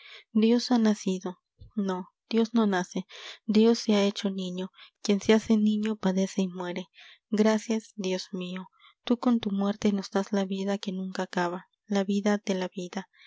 dios ha nacido no dios no nace dios se ha hecho niño quien se hace niño padece y muere gracias dios mío tú con tu muerte nos das la vida que nunca acaba la vida de la vida